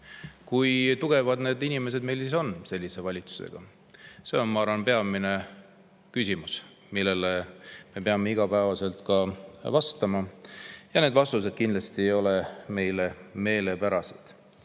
Kui tugevad need inimesed meil siis on sellise valitsusega? See on, ma arvan, peamine küsimus, millele me peame igapäevaselt vastama. Need vastused ei ole meile kindlasti meelepärased.